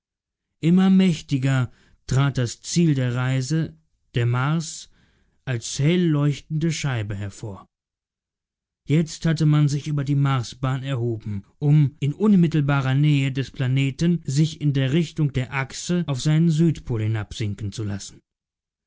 immer mächtiger trat das ziel der reise der mars als hell leuchtende scheibe hervor jetzt hatte man sich über die marsbahn erhoben um in unmittelbarer nähe des planeten sich in der richtung der achse auf seinen südpol hinabsinken zu lassen